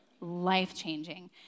life-changing